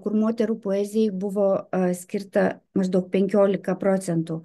kur moterų poezijai buvo skirta maždaug penkilika procentų